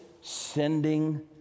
sending